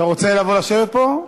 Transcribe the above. אתה רוצה לבוא לשבת פה?